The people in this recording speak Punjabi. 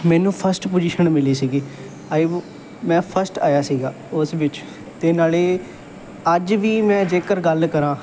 ਮੈਨੂੰ ਫਸਟ ਪੋਜੀਸ਼ਨ ਮਿਲੀ ਸੀਗੀ ਆਈ ਵਾ ਮੈਂ ਫਸਟ ਆਇਆ ਸੀਗਾ ਉਸ ਵਿੱਚ ਅਤੇ ਨਾਲੇ ਅੱਜ ਵੀ ਮੈਂ ਜੇਕਰ ਗੱਲ ਕਰਾਂ